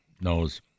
knows